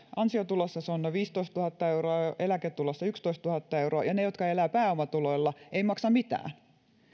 ansiotulossa on noin viisitoistatuhatta euroa ja eläketulossa yksitoistatuhatta euroa ja ne jotka elävät pääomatuloilla eivät maksa mitään